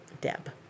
Deb